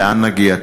לאן נגיע?